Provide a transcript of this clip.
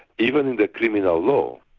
even the criminal law,